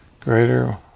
greater